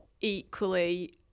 equally